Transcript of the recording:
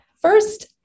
First